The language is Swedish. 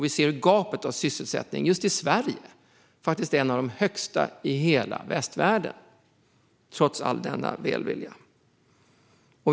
Vi ser hur sysselsättningsgapet i Sverige, trots all denna välvilja, är ett av de största i hela västvärlden.